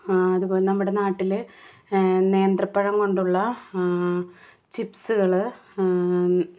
അതേ പോലെ നമ്മുടെ നാട്ടിൽ നേന്ത്രപ്പഴം കൊണ്ടുള്ള ചിപ്സുകൾ